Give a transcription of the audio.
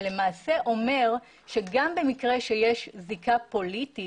שלמעשה אומר שגם במקרה שיש זיקה פוליטית,